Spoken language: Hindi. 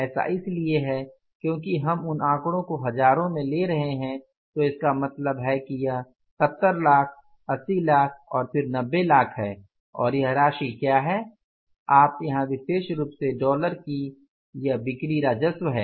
ऐसा इसलिए है क्योंकि हम इन आंकड़ों को हजारों में ले रहे हैं तो इसका मतलब है कि यह 70 लाख 80 लाख और फिर 90 लाख है और यह राशि क्या है आप यहां विशेष रूप से डालेंगे की यह बिक्री राजस्व है